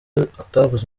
atavuze